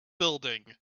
building